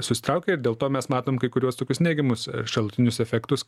susitraukė ir dėl to mes matom kai kuriuos tokius neigiamus šalutinius efektus